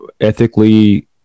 ethically